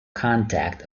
contact